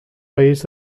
país